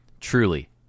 Truly